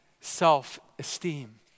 self-esteem